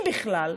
אם בכלל,